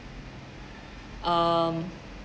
um